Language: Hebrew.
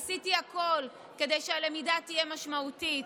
עשיתי הכול כדי שהלמידה תהיה משמעותית,